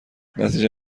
نتیجه